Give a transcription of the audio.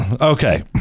Okay